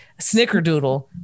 snickerdoodle